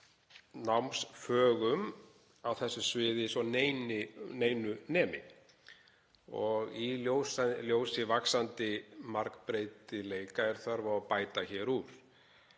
námsáföngum á þessu sviði svo neinu nemi. Í ljósi vaxandi margbreytileika er þörf á að bæta þar úr.